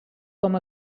com